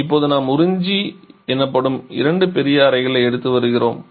இப்போது நாம் உறிஞ்சி எனப்படும் இரண்டு பெரிய அறைகளை எடுத்து வருகிறோம்